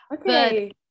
okay